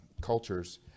cultures